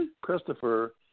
Christopher